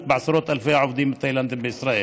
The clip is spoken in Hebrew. בעשרות אלפי העובדים התאילנדים בישראל.